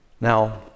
Now